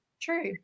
true